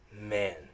Man